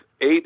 eight